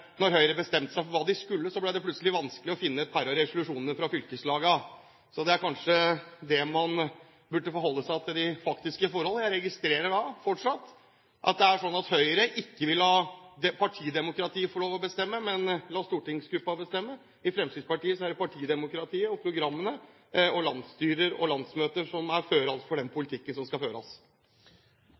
når Høyre har bestemt seg for hva de skulle, ble det plutselig vanskelig å finne et par av resolusjonene fra fylkeslagene. Så man burde kanskje forholde seg til de faktiske forhold. Jeg registrerer – fortsatt – at det er sånn at Høyre ikke vil la partidemokratiet få lov til å bestemme, men lar stortingsgruppen bestemme. I Fremskrittspartiet er det partidemokratiet, programmene, landsstyrer og landsmøter som er førende for politikken.